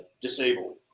disabled